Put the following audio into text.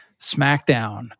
smackdown